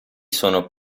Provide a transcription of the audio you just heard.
sono